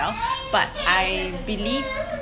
as well but I believe